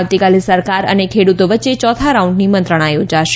આવતીકાલે સરકાર અને ખેડૂતો વચ્ચે ચોથા રાઉન્ડની મંત્રણા યોજાશે